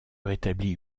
rétablie